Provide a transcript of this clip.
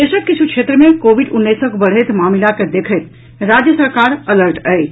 देशक किछु क्षेत्र मे कोविड उन्नैसक बढैत मामिला के देखैत राज्य सरकार अलर्ट अछि